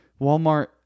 Walmart